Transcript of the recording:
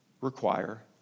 require